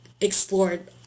explored